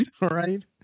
Right